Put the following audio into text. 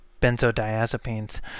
benzodiazepines